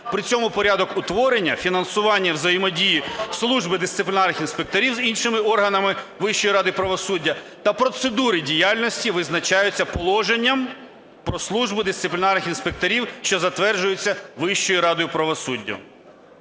При цьому порядок утворення, фінансування і взаємодії служби дисциплінарних інспекторів з іншими органами Вищої ради правосуддя та процедури діяльності визначаються положенням про службу дисциплінарних інспекторів, що затверджується Вищою радою правосуддя.